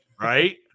Right